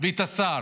ואת השר